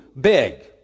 big